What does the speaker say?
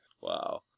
wow